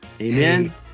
Amen